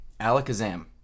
alakazam